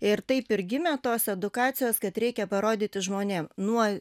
ir taip ir gimė tos edukacijos kad reikia parodyti žmonėm nuo